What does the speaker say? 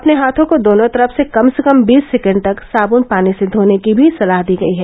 अपने हाथों को दोनों तरफ से कम से कम बीस सेकेण्ड तक सादन पानी से धोने की भी सलाह दी गयी है